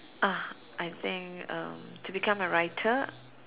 ah I think um to become a writer